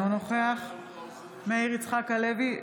אינו נוכח מאיר יצחק הלוי,